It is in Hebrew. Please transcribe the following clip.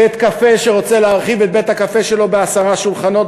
בית-קפה שרוצה להתרחב בעשרה שולחנות,